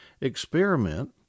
experiment